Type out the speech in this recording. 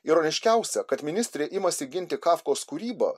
ironiškiausia kad ministrė imasi ginti kafkos kūrybą